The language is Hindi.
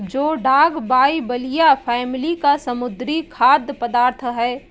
जोडाक बाइबलिया फैमिली का समुद्री खाद्य पदार्थ है